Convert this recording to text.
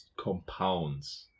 Compounds